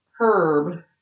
Herb